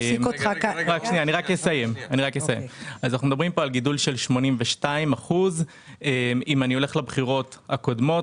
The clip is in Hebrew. אנחנו מדברים פה על גידול של 82%. אם אני הולך לבחירות הקודמות,